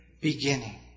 beginning